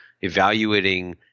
evaluating